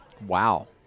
Wow